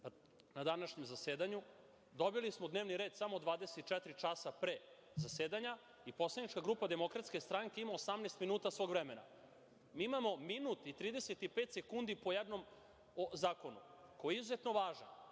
na današnjem zasedanju, a dobili smo dnevni red samo 24 časa pre zasedanja. Poslanička grupa DS ima 18 minuta svog vremena. Mi imamo minut i 35 sekundi po jednom zakonu, koji je izuzetno važan